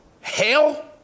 hell